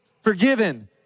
forgiven